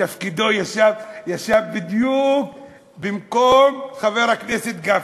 שבתפקידו ישב בדיוק במקום חבר הכנסת גפני,